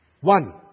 One